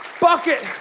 bucket